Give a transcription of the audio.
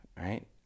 right